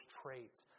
traits